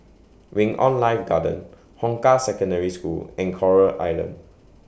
Wing on Life Garden Hong Kah Secondary School and Coral Island